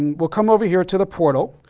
we'll come over here to the portal.